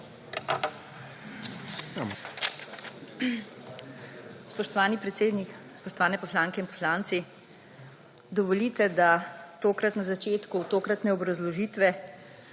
Spoštovani predsednik, spoštovani poslanke in poslanci! Dovolite, da tokrat na začetku tokratne obrazložitve,